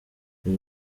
ibi